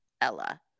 Ella